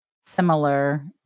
similar